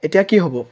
এতিয়া কি হ'ব